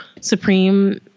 Supreme